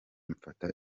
mfata